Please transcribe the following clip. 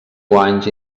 guanys